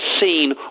seen